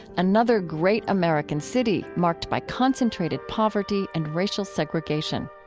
another great american city marked by concentrated poverty and racial segregation